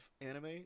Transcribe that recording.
anime